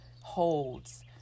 holds